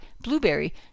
Blueberry